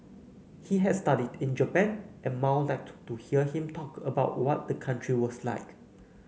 he had studied in Japan and Mao liked to to hear him talk about what the country was like